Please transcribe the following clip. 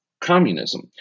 communism